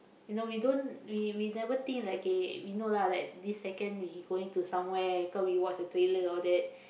you know we don't we we never think like K we know lah like this second he going to somewhere cause we watch the trailer all that